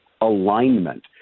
alignment